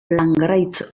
langraiz